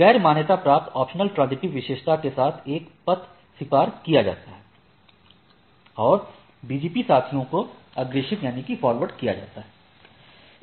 एक गैर मान्यता प्राप्त ऑप्शनल ट्रांसिटिव विशेषता के साथ एक पथ स्वीकार किया जाता है और BGP साथियों को अग्रेषित किया जाता है